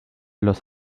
los